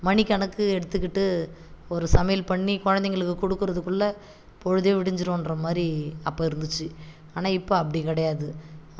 மணிக்கணக்கு எடுத்துக்கிட்டு ஒரு சமையல் பண்ணி குழந்தைங்களுக்கு கொடுக்கறதுக்குள்ள பொழுதே விடிஞ்சிரும்ன்றமாதிரி அப்போ இருந்துச்சு ஆனால் இப்போ அப்படி கிடையாது